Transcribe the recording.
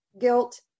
guilt